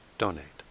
donate